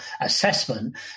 assessment